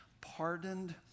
pardoned